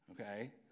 Okay